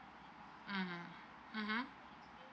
mmhmm mmhmm